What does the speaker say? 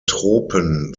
tropen